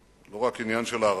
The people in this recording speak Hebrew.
לא רק עניין של הערכה.